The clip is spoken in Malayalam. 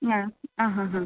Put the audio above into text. ആ ആ ആ ആ